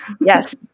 Yes